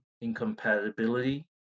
incompatibility